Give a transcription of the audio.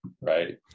Right